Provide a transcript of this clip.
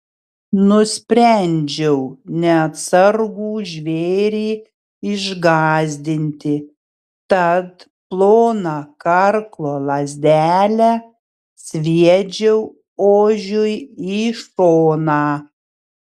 nusprendžiau neatsargų žvėrį išgąsdinti tad ploną karklo lazdelę sviedžiau ožiui į šoną